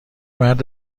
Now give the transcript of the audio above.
مرد